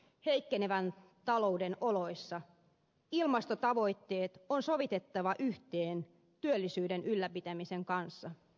heikkenevän talouden oloissa ilmastotavoitteet on sovitettava yhteen työllisyyden ylläpitämisen kanssa